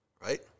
Right